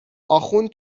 آخوند